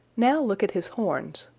now look at his horns.